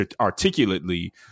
articulately